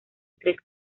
tres